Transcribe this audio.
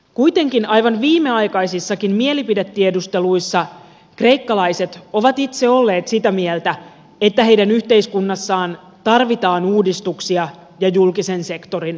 kuitenkin aivan viimeaikaisissakin mielipidetiedusteluissa kreikkalaiset ovat itse olleet sitä mieltä että heidän yhteiskunnassaan tarvitaan uudistuksia ja julkisen sektorin vakauttamista